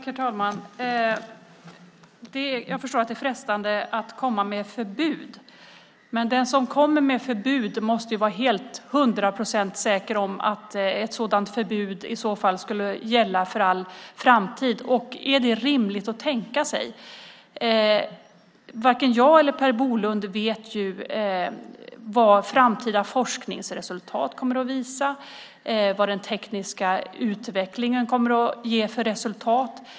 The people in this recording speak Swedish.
Herr talman! Jag förstår att det är frestande att komma med förbud, men den som kommer med förbud måste vara helt hundra procent säker på att ett sådant förbud i så fall skulle gälla för all framtid. Är det rimligt att tänka sig? Varken jag eller Per Bolund vet vad framtida forskningsresultat kommer att visa och vad den tekniska utvecklingen kommer att ge för resultat.